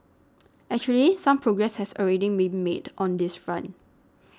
actually some progress has already been made on this front